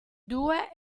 due